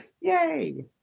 Yay